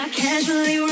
casually